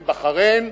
לבחריין,